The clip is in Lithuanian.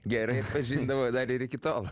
gerai atpažindavo dar ir iki tol